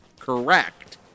correct